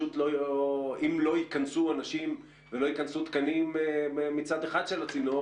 ואם לא ייכנסו אנשים ולא ייכנסו תקנים מצד אחד של הצינור,